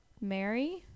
Mary